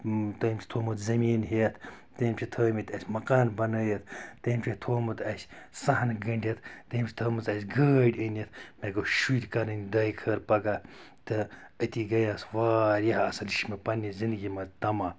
تٔمۍ چھُ تھوٚومُت زٔمیٖن ہیٚتھ تٔمۍ چھِ تھٲیمِتۍ اسہِ مکان بَنٲیِتھ تٔمۍ چھِ تھوٚومُت اسہِ صحن گٔنٛڈِتھ تٔمۍ چھِ تھٲمٕژ اسہِ گٲڑۍ أنِتھ مےٚ گٔژھۍ شُرۍ کَرٕنۍ دعاے خٔیر پَگاہ تہٕ أتی گٔیٚیو سُہ واریاہ اصٕل یہِ چھُ مےٚ پَننہِ زِندگی منٛز طمع